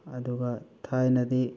ꯑꯗꯨꯒ ꯊꯥꯏꯅꯗꯤ